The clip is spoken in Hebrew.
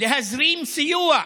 להזרים סיוע ישיר,